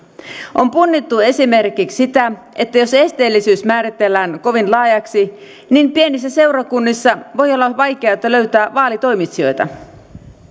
on punnittu esimerkiksi sitä että jos esteellisyys määritellään kovin laajaksi niin pienissä seurakunnissa voi olla vaikeata löytää vaalitoimitsijoita